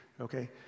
okay